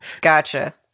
Gotcha